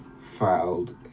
filed